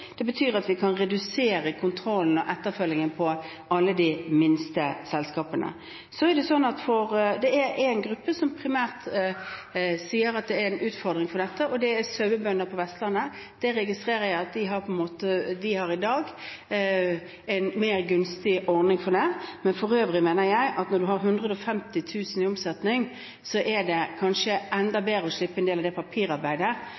Det betyr at vi kan redusere kontrollen og oppfølgingen av alle de minste selskapene. Det er primært én gruppe som sier at det er en utfordring med dette, og det er sauebøndene på Vestlandet. Jeg registrerer at de i dag har en mer gunstig ordning for dette. For øvrig mener jeg at når man har 150 000 kr i omsetning, så er det kanskje